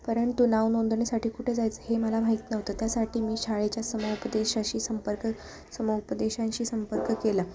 परंतु नावनोंदणीसाठी कुठे जायचं हे मला माहीत नव्हतं त्यासाठी मी शाळेच्या समोपदेशाशी संपर्क समूपदेशांशी संपर्क केला